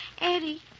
Eddie